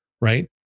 right